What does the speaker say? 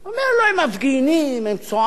הוא אומר לו: הם מפגינים, הם צועקים.